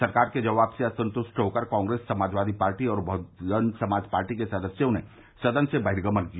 सरकार के जवाब से असंतुष्ट होकर कांग्रेस समाजवादी पार्टी और बहजन समाज पार्टी के सदस्यों ने सदन से बहिर्गमन किया